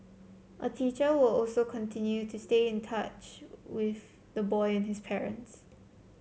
a teacher will also continue to stay in touch with the boy and his parent